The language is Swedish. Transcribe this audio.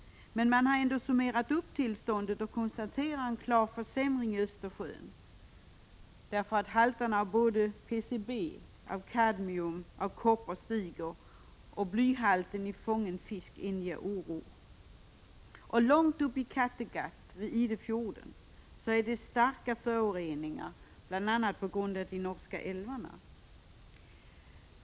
Man har ändå summerat tillståndet och konstaterat en klar försämring i Östersjön. Halterna av PCB, kadmium och koppar stiger. Blyhalten i fångad fisk inger oro. Långt upp i Kattegatt, i Idefjorden, är föroreningarna starka, bl.a. på grund av utsläpp i de norska älvarna.